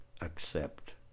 accept